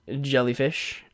jellyfish